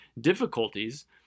difficulties